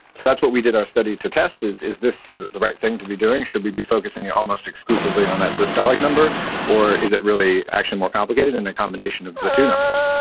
so that's what we did our study to test, is is this the right thing to be doing, should we be focusing almost exclusively on that systolic number or is it really actually more complicated and a combination of the two numbers?